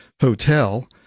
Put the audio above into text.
Hotel